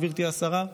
גברתי השרה,